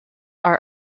are